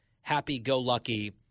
happy-go-lucky